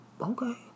okay